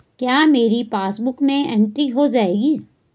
क्या मेरी पासबुक में एंट्री हो जाएगी?